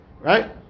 right